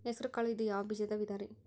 ಹೆಸರುಕಾಳು ಇದು ಯಾವ ಬೇಜದ ವಿಧರಿ?